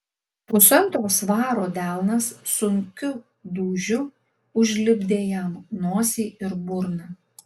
pusantro svaro delnas sunkiu dūžiu užlipdė jam nosį ir burną